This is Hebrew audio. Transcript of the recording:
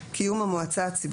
קיום המועצה הציבורית,